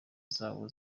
zawo